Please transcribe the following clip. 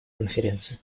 конференции